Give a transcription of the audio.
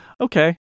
okay